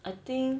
I think